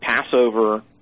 Passover